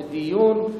לדיון.